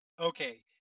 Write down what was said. okay